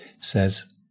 says